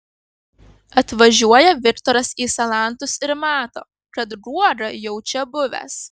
atvažiuoja viktoras į salantus ir mato kad guoga jau čia buvęs